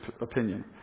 opinion